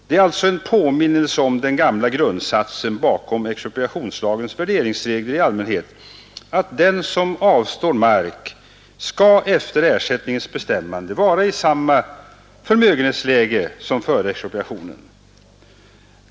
Det är alltså en påminnelse om den gamla grundsatsen bakom expropriationslagens värderingsregler i allmänhet, att den som avstår mark efter ersättningens bestämmande skall vara i samma förmögenhetsläge som före expropriationen.